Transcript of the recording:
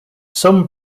some